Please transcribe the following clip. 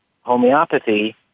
homeopathy